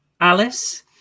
Alice